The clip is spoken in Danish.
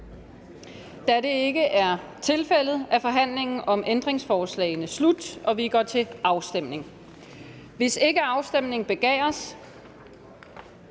Da det ikke er tilfældet, er forhandlingen om ændringsforslagene slut, og vi går til afstemning. Kl. 11:07 Afstemning Tredje